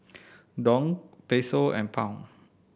Dong Peso and Pound